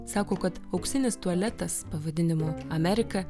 sako kad auksinis tualetas pavadinimu amerika